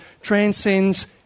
transcends